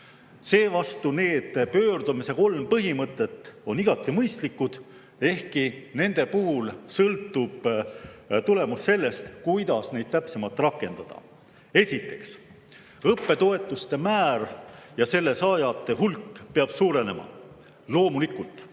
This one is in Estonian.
Seevastu need pöördumise kolm põhimõtet on igati mõistlikud, ehkki nende puhul sõltub tulemus sellest, kuidas neid täpsemalt rakendada. Esiteks, õppetoetuste määr peab tõusma ja selle saajate hulk suurenema. Loomulikult.